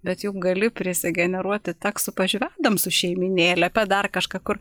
bet juk gali prisigeneruoti tekstų pavyzdžiui ir adamsų šeimynėlę apie dar kažką kur